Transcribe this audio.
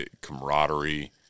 camaraderie